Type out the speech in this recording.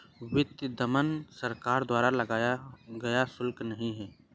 वित्तीय दमन सरकार द्वारा लगाया गया शुल्क नहीं है